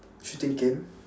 shooting game